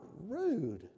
rude